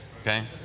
okay